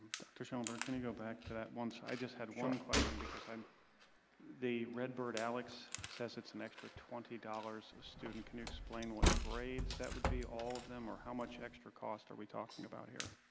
dr. shillingburg, can you go back to that once i just had one question because i'm the redbird alex says it's an extra twenty dollars a student can you explain what grades that would be all of them or how much extra cost are we talking about here,